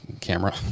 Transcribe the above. camera